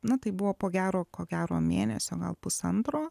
na tai buvo po gero ko gero mėnesio gal pusantro